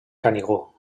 canigó